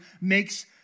makes